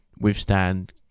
withstand